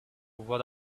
what